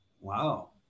Wow